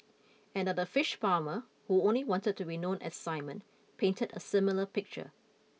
another fish farmer who only wanted to be known as Simon painted a similar picture